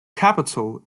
capital